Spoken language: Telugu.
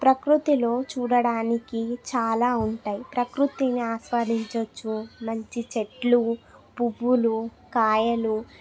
ప్రకృతిలో చూడటానికి చాలా ఉంటాయి ప్రకృతిని ఆస్వాదించవచ్చు మంచి చెట్లు పువ్వులు కాయలు